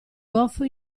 goffo